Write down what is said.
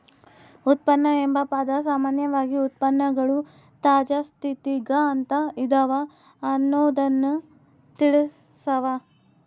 ಉತ್ಪನ್ನ ಎಂಬ ಪದ ಸಾಮಾನ್ಯವಾಗಿ ಉತ್ಪನ್ನಗಳು ತಾಜಾ ಸ್ಥಿತಿಗ ಅಂತ ಇದವ ಅನ್ನೊದ್ದನ್ನ ತಿಳಸ್ಸಾವ